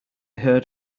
heard